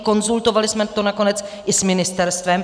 Konzultovali jsme to nakonec i s ministerstvem.